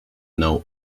know